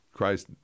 Christ